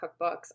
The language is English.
cookbooks